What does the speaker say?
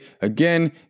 Again